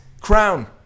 Crown